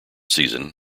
season